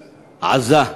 עזה,